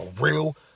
real